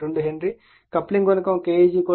2 henry coupling గుణకం K 0